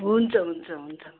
हुन्छ हुन्छ हुन्छ